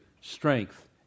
strength